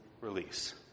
release